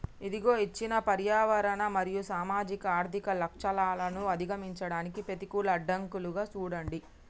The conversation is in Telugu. ఇదిగో ఇచ్చిన పర్యావరణ మరియు సామాజిక ఆర్థిక లచ్చణాలను అధిగమించడానికి పెతికూల అడ్డంకులుగా సూడండి